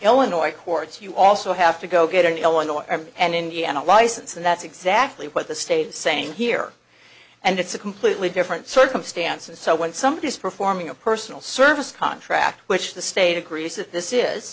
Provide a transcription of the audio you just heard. illinois courts you also have to go get an illinois and indiana license and that's exactly what the state is saying here and it's a completely different circumstances so when somebody is performing a personal service contract which the state agrees that this is